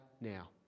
now